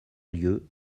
lieu